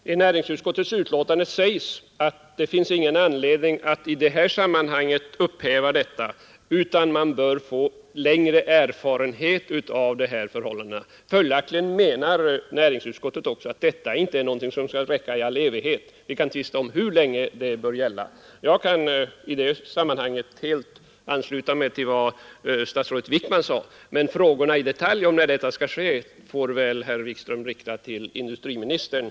Herr talman! I näringsutskottets betänkande sägs att det inte finns någon anledning att nu upphäva obligatoriet, utan man bör få längre erfarenhet av dessa förhållanden. Följaktligen menar näringsutskottet också att det inte är någonting som skall räcka i all evighet. Vi kan tvista om hur länge det skall gälla. Jag kan helt ansluta mig till vad statsrådet Wickman sade i detta sammanhang. Men detaljfrågorna om när detta skall upphöra får väl herr Wikström rikta till industriministern.